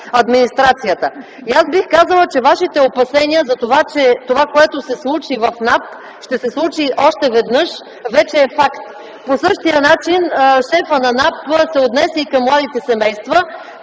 администрацията. Аз бих казала, че вашите опасения за това, че това, което се случи в НАП, ще се случи още веднъж, вече е факт. По същия начин шефа на НАП се отнесе и към младите семейства